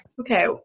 Okay